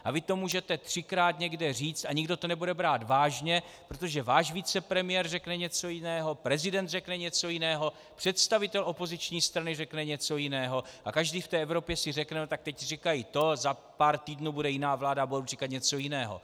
A vy to můžete třikrát někde říct a nikdo to nebude brát vážně, protože váš vicepremiér řekne něco jiného, prezident řekne něco jiného, představitel opoziční strany řekne něco jiného a každý v té Evropě si řekne: teď říkají to, za pár týdnů bude jiná vláda a budou říkat něco jiného.